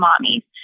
mommy